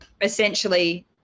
essentially